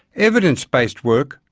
evidence-based work,